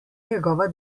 njegova